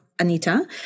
Anita